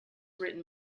written